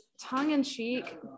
tongue-in-cheek